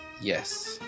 yes